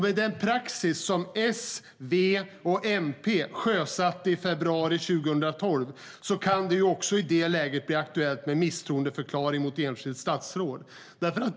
Med den praxis som S, V och MP sjösatte i februari 2012 kan det också i det läget bli aktuellt med misstroendeförklaring mot enskilt statsråd.